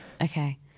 Okay